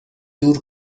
دور